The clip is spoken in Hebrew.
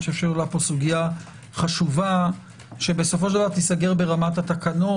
אני חושב שעולה פה סוגיה חשובה שתיסגר ברמת התקנות,